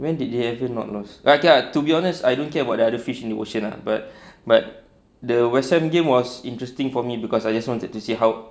when did they ever not lost okay ah to be honest I don't care about the other fish in the ocean ah but but the west ham game was interesting for me cause I just wanted to see how